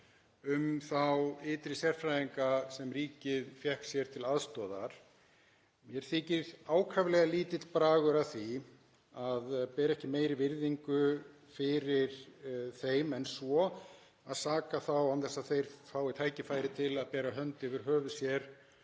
um þá ytri sérfræðinga sem ríkið fékk sér til aðstoðar. Mér þykir ákaflega lítill bragur að því að bera ekki meiri virðingu fyrir þeim en svo að saka þá, án þess að þeir fái tækifæri til að bera hönd fyrir höfuð sér,